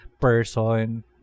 person